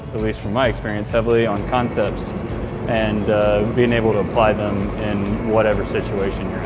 at least from my experience, heavily on concepts and being able to apply them, in whatever situation